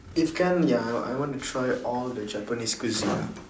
if can ya I want I want to try all the japanese cuisine ah